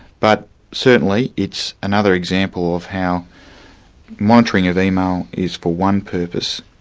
but certainly it's another example of how monitoring of email is for one purpose,